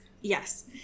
Yes